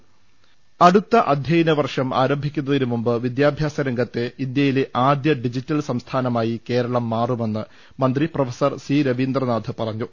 രംഭട്ട്ട്ട്ട്ട്ട്ട്ട്ട അടുത്ത അധ്യയനവർഷം ആരംഭിക്കുന്നതിന് മുമ്പ് വിദ്യാഭ്യാസരംഗത്തെ ഇന്ത്യയിലെ ആദ്യ ഡിജിറ്റൽ സംസ്ഥാനമായി കേരളം മാറുമെന്ന് മന്ത്രി പ്രൊഫസർ സി രവീന്ദ്രനാഥ് പറഞ്ഞു